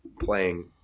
playing